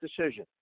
decision